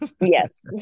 Yes